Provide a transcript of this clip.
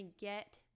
get